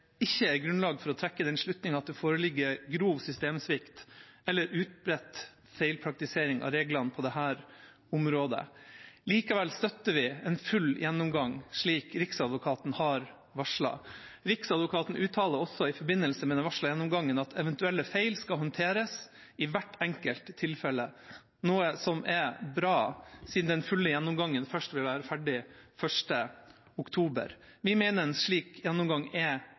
ikke «gir grunnlag for å trekke den slutning at det foreligger en grov systemsvikt eller utbredt feilpraktisering av reglene på dette området.» Likevel støtter vi en full gjennomgang, slik Riksadvokaten har varslet. Riksadvokaten uttaler også i forbindelse med den varslede gjennomgangen at eventuelle feil skal håndteres i hvert enkelt tilfelle – noe som er bra, siden den fulle gjennomgangen først vil være ferdig 1. oktober. Vi mener en slik gjennomgang er